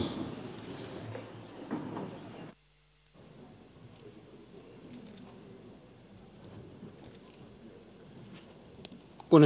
kunnioitettu puhemies